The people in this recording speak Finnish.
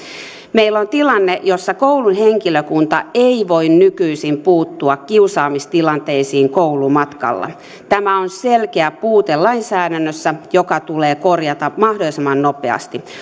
meillä on tilanne jossa koulun henkilökunta ei voi nykyisin puuttua kiusaamistilanteisiin koulumatkalla tämä on selkeä puute lainsäädännössä joka tulee korjata mahdollisimman nopeasti